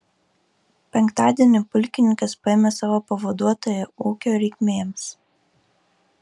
penktadienį pulkininkas paėmė savo pavaduotoją ūkio reikmėms